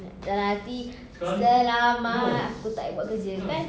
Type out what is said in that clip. dalam hati selamat aku tak payah buat kerja kan